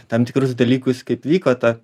tam tikrus dalykus kaip vyko ta